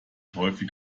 häufig